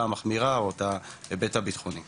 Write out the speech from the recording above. את כל האנשים הרלוונטיים ואת גופי החקיקה